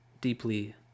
deeply